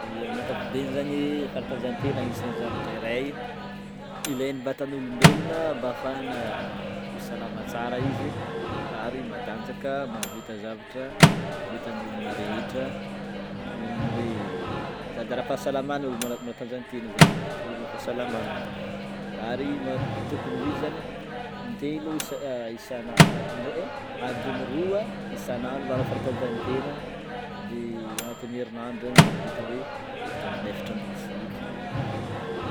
Ya amin'ny ankapobeny zagny, fanatanjahantena agnisany zavatra iray ilain'ny vatan'olombelogna mba afahana ho salama tsara izy, ary matanjaka, mahavita zavatra vitan'ny olona rehetra nohon'ny hoe sady ara-pahasalamana olo mana- manatanjantena zany, mba hitsinjovana fahasalamana. Ary ma- tokony ho izy zany in-telo isa isana indray adiny roa isanandro manao fagnatanjahantena de agnatin'ny herinandro zegny mahavita hoe adiny efatra ambin'ny folo.